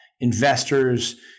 investors